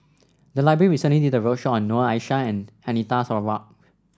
the library recently did a roadshow on Noor Aishah and Anita Sarawak